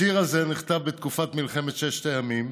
השיר הזה נכתב בתקופת מלחמת ששת הימים